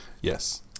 yes